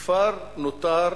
הכפר נותר,